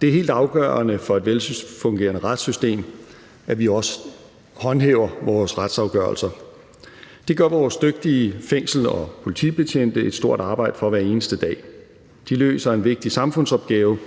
Det er helt afgørende for et velfungerende retssystem, at vi også håndhæver vores retsafgørelser. Det gør vores dygtige fængsels- og politibetjente et stort arbejde for hver eneste dag. De løser en vigtig samfundsopgave,